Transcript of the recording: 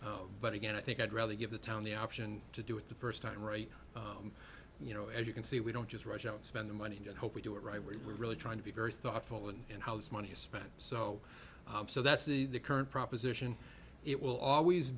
it but again i think i'd rather give the town the option to do it the first time right you know as you can see we don't just rush out spend the money and hope we do it right we're really trying to be very thoughtful and how this money is spent so so that's the the current proposition it will always